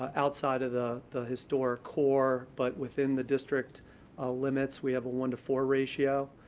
outside of the the historic core, but within the district ah limits, we have a one to four ratio.